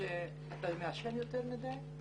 שאתה מעשן יותר מדי,